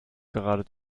gerade